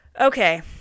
Okay